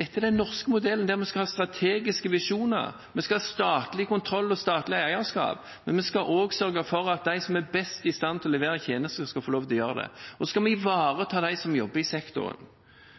Dette er den norske modellen, der vi skal ha strategiske visjoner, vi skal ha statlig kontroll og statlig eierskap, men vi skal også sørge for at de som er best i stand til å levere tjenester, skal få lov til å gjøre det. Og så skal vi ivareta dem som jobber i sektoren.